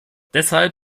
deshalb